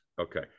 okay